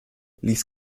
ließ